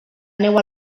neu